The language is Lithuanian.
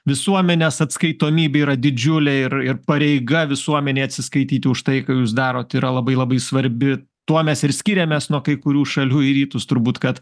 visuomenės atskaitomybė yra didžiulė ir ir pareiga visuomenei atsiskaityti už tai ką jūs darot yra labai labai svarbi tuo mes ir skiriamės nuo kai kurių šalių į rytus turbūt kad